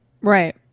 Right